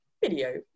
video